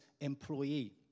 employee